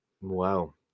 Wow